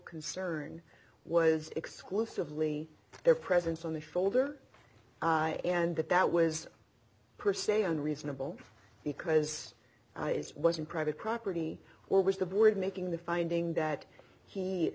concern was exclusively their presence on the shoulder and that that was per se unreasonable because it wasn't private property or was the board making the finding that he